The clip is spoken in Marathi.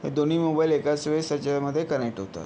दोन्ही मोबाईल एकाच वेळेस याच्यामध्ये कनेक्ट होतात